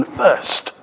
first